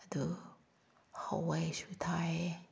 ꯑꯗꯨ ꯍꯋꯥꯏꯁꯨ ꯊꯥꯏꯌꯦ